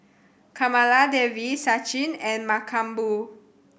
Kamaladevi Sachin and Mankombu